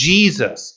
Jesus